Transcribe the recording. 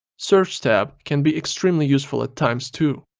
search tab can be extremely useful at times too.